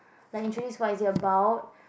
like introduce what is it about